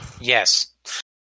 Yes